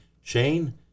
Shane